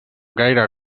gaire